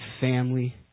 family